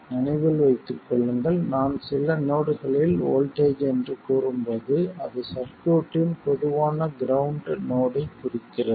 நினைவில் வைத்து கொள்ளுங்கள் நான் சில நோடுகளில் வோல்ட்டேஜ் என்று கூறும்போது அது சர்க்யூட்டின் பொதுவான கிரவுண்ட் நோடைக் குறிக்கிறது